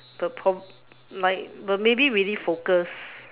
the prob like but maybe really focus